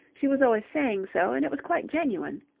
she was always saying so, and it was quite genuine.